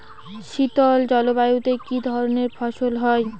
শীতল জলবায়ুতে কি ধরনের ফসল হয়?